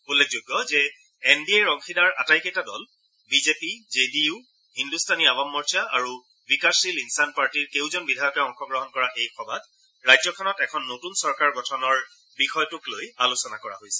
উল্লেখযোগ্য যে N D এৰ অংশীদাৰ আটাইকেইটা দল B J P J D U Hindustani Awam Morcha আৰু বিকাশশীল ইনচান পাৰ্টীৰ কেউজন বিধায়কে অংশগ্ৰহণ কৰা এই সভাত ৰাজ্যখনত এখন নতুন চৰকাৰ গঠনৰ বিষয়টোক লৈ আলোচনা কৰা হৈছে